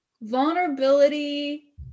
vulnerability